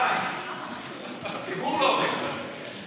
די, הציבור לא עומד בזה.